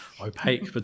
opaque